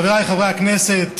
חבריי חברי הכנסת,